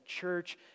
church